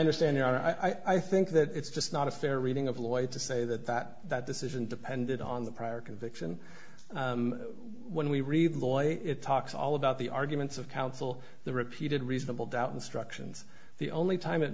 understand you know i think that it's just not a fair reading of lloyd to say that that that decision depended on the prior conviction when we read boy it talks all about the arguments of counsel the repeated reasonable doubt instructions the only time it